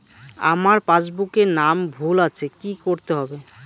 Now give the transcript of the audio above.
আমার পাসবুকে নাম ভুল আছে কি করতে হবে?